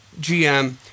GM